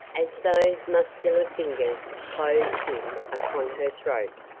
as those muscular fingers closed in upon her throat,